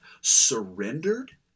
surrendered